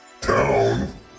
town